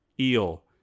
eel